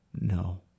No